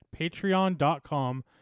patreon.com